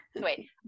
wait